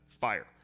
Fire